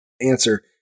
answer